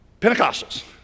pentecostals